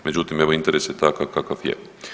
Međutim, evo interes je takav kakav je.